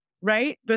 right